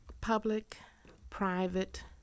Public-private